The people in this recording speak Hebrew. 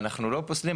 ואנחנו לא פוסלים,